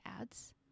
ads